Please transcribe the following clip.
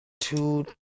two